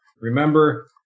Remember